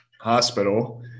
hospital